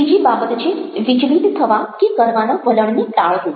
ત્રીજી બાબત છે વિચલિત થવા કે કરવાના વલણને ટાળવું